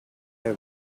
have